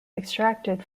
extracted